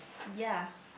ya